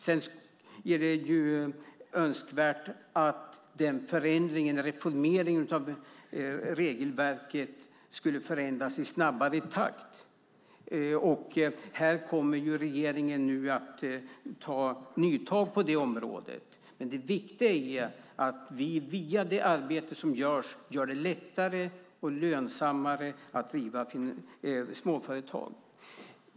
Sedan är det önskvärt att förändringen eller reformeringen av regelverket ska ske i snabbare takt. Regeringen kommer nu att ta nya tag på det området. Det viktiga är att vi via det arbete som sker gör det lättare och lönsammare att driva småföretag.